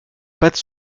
pattes